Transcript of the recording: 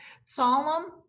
Solemn